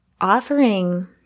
offering